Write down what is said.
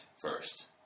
first